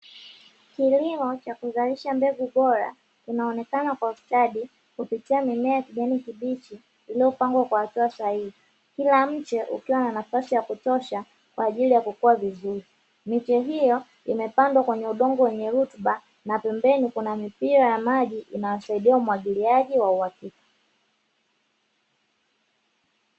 Kilimo cha kuzalisha mbegu bora, kinaonekana kwa ustadi kupitia miche ya mimea ya kijani kibichi iliyopangwa kwa hatua sahihi. Kila mche ukiwa na nafasi ya kutosha kwa ajili ya kukua vizuri. Miche hiyo imepandwa kwenye udongo wenye rumba na pembeni kuna mipira ya maji inayosaidia umwagiliaji wa uhakika.